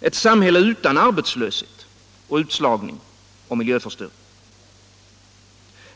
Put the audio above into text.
Ett samhälle utan arbetslöshet, utslagning och miljöförstöring.